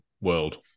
world